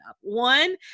One